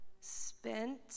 spent